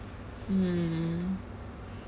mm